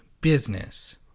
business